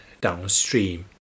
downstream